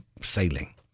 sailing